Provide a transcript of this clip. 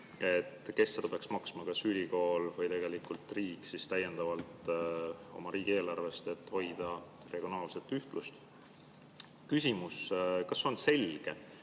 selle eest peaks maksma, kas ülikool või tegelikult riik täiendavalt riigieelarvest, et hoida regionaalset ühtlust. Küsimus: kas on selge,